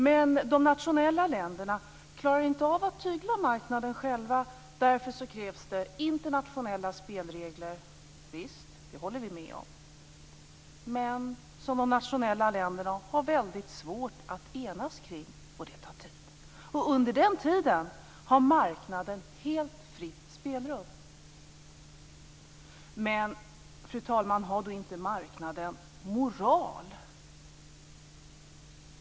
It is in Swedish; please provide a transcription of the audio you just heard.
Men de nationella länderna klarar inte av att tygla marknaden själva. Därför krävs det internationella spelregler. Det håller vi med om. Men de nationella länderna har väldigt svårt att enas kring dessa, och det tar tid. Under den tiden har marknaden helt fritt spelrum. Fru talman! Har då inte marknaden moral?